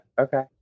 Okay